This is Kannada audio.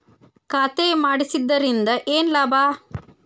ಖಾತೆ ಮಾಡಿಸಿದ್ದರಿಂದ ಏನು ಲಾಭ?